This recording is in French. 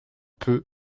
peu